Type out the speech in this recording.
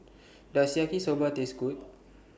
Does Yaki Soba Taste Good